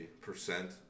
percent